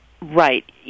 Right